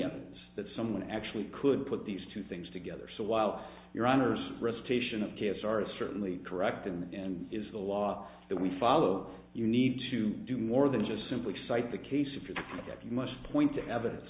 evidence that someone actually could put these two things together so while your honor's recitation of gifts are certainly correct and is the law that we follow you need to do more than just simply cite the case of that you must point to evidence